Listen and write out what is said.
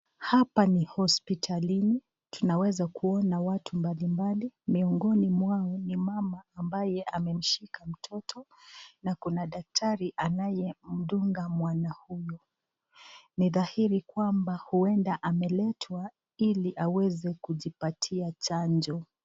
Hapa ni hospitalini tunaweza kuona watu mbali mbali , miongoni mwao ni mama ambaye amemshika mtoto, na Kuna daktari anayemdunga mwana huyo. Ni dhahiri kwamba huenda ameletwa ili aweze kujipatia chanjo.